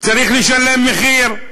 צריך לשלם מחיר,